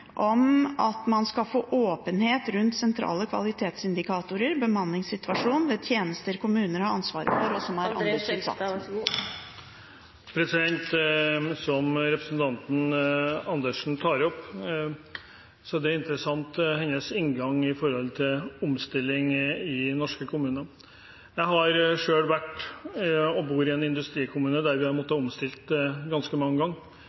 om at man skal få «åpenhet rundt sentrale kvalitetsindikatorer, bemanningssituasjonen,» «ved tjenester kommunene har ansvaret for». André N. Skjelstad, vær så god. Representanten Andersens har en interessant inngang til omstilling i norske kommuner. Jeg bor selv i en industrikommune der vi har måttet omstille ganske mange